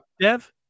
Dev